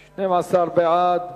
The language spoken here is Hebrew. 12 בעד,